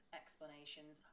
explanations